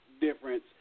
difference